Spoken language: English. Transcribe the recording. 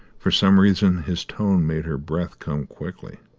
for some reason his tone made her breath come quickly.